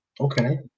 Okay